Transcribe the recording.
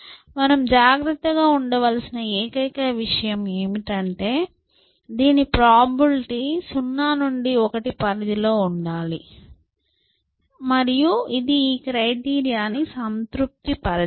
మనం జాగ్రత్తగా ఉండవలసిన ఏకైక విషయం ఏమిటంటే దీని ప్రాబబిలిటీ 0 నుండి 1 పరిధిలో ఉండాలి మరియు ఇది ఈ క్రైటీరియా ని సంతృప్తి పరచాలి